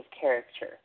character